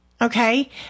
okay